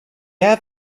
have